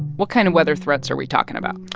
what kind of weather threats are we talking about?